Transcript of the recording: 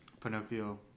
Pinocchio